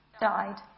died